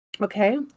Okay